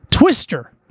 twister